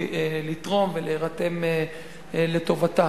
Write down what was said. לתרום ולהירתם לטובתה.